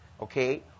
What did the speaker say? Okay